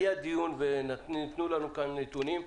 היה דיון ונתנו לנו נתונים.